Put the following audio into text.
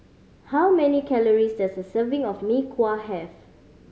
how many calories does a serving of Mee Kuah have